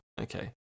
Okay